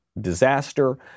disaster